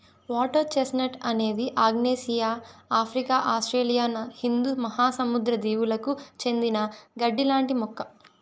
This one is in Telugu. వాటర్ చెస్ట్నట్ అనేది ఆగ్నేయాసియా, ఆఫ్రికా, ఆస్ట్రేలియా హిందూ మహాసముద్ర దీవులకు చెందిన గడ్డి లాంటి మొక్క